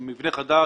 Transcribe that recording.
מבנה חדש,